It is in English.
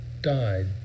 died